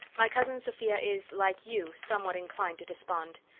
my cousin sophia is, like you, somewhat inclined to despond.